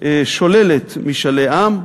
שוללת משאלי עם,